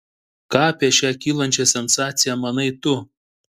ką apie šią kylančią sensaciją manai tu